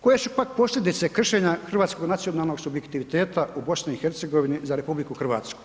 Koje su pak posljedice kršenja hrvatskog nacionalnog subjektiviteta u BiH za RH?